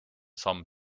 samm